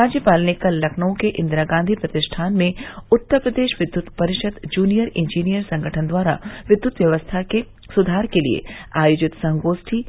राज्यपाल ने कल लखनऊ के इंदिरा गॉधी प्रतिष्ठान में उत्तर प्रदेश विद्युत परिषद जूनियर इंजीनियर संगठन द्वारा विद्युत व्यवस्था के सुधार के लिए आयोजित संगोष्ठी